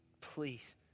please